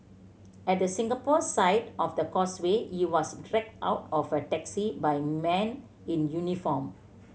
at the Singapore side of the Causeway he was dragged out of a taxi by men in uniform